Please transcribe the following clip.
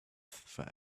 for